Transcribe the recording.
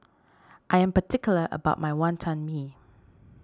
I am particular about my Wonton Mee